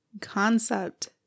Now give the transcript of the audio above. concept